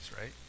right